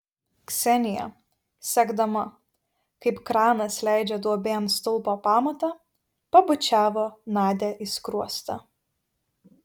ksenija sekdama kaip kranas leidžia duobėn stulpo pamatą pabučiavo nadią į skruostą